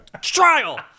trial